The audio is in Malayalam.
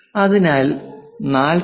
അതിനാൽ 45